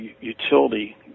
utility